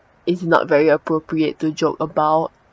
is not very appropriate to joke about